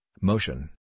motion